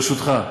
ברשותך,